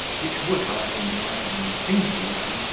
which would, however, in the eyes of any thinking man,